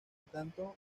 tanto